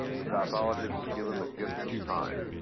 the pathologist is given the gift of time.